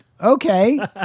okay